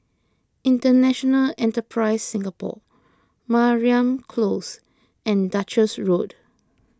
International Enterprise Singapore Mariam Close and Duchess Road